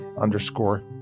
underscore